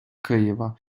києва